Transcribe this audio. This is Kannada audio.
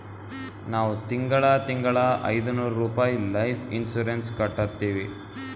ನಾವ್ ತಿಂಗಳಾ ತಿಂಗಳಾ ಐಯ್ದನೂರ್ ರುಪಾಯಿ ಲೈಫ್ ಇನ್ಸೂರೆನ್ಸ್ ಕಟ್ಟತ್ತಿವಿ